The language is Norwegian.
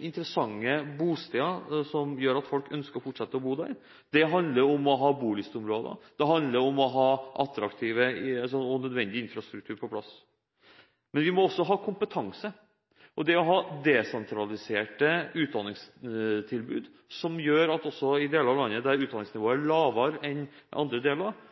interessante bosteder, slik at folk ønsker å fortsette å bo der. Det handler om å ha Bolyst-områder, og det handler om å ha attraktiv og nødvendig infrastruktur på plass. Men vi må også ha kompetanse. Det å ha – og bygge opp – desentraliserte utdanningstilbud, også i deler av landet der utdanningsnivået er lavere enn andre